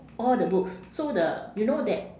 all the books so the you know that